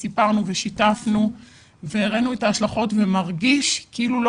וסיפרנו ושיתפנו והראינו את ההשלכות אבל מרגיש שכאילו לא